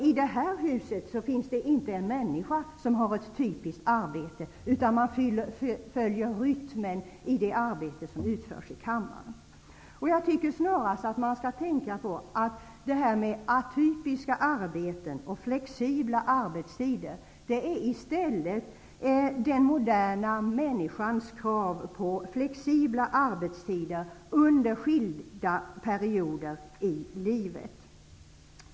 I det här huset finns det inte en människa som har ett typiskt arbete, utan här följer alla rytmen i det arbete som utförs i kammaren. Jag tycker snarast att man skall tänka på att detta med atypiska arbeten i stället är ett uttryck för den moderna människans krav på flexibla arbetstider under skilda perioder i livet.